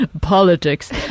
politics